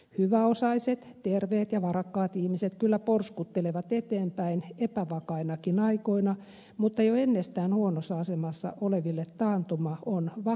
hyväosaiset terveet ja varakkaat ihmiset kyllä porskuttelevat eteenpäin epävakainakin aikoina mutta jo ennestään huonossa asemassa oleville taantuma on vakava paikka